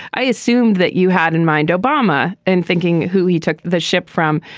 i assumed that you had in mind obama and thinking who he took the ship from.